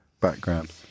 background